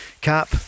cap